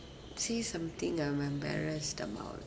say something I'm embarrassed about